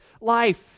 life